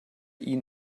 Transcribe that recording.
ihn